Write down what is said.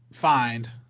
find